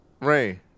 Ray